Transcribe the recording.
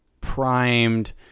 primed